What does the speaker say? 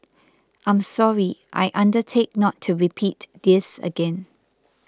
I'm sorry I undertake not to repeat this again